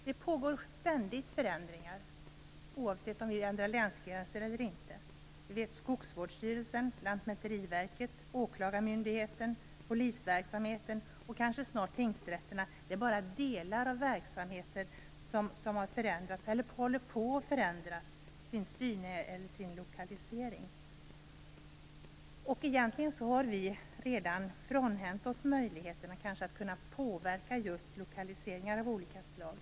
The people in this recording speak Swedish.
Det pågår ständigt förändringar, oavsett om vi ändrar länsgränser eller inte. Skogsvårdsstyrelsen, Lantmäteriverket, åklagarmyndigheten, polisverksamheten och kanske snart tingsrätterna är bara delar av verksamheter som har förändrats eller som håller på att förändra sin styrning eller sin lokalisering. Egentligen har vi redan kanske frånhänt oss möjligheten att påverka lokaliseringar av olika slag.